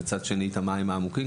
ומהצד השני את המים העמוקים.